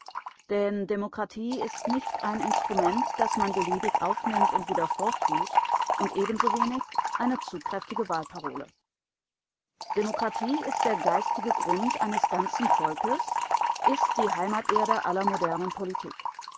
denn demokratie ist nicht ein instrument das man beliebig aufnimmt und wieder forttut und ebensowenig eine zugkräftige wahlparole demokratie ist der geistige grund eines ganzen volkes ist die heimaterde aller modernen politik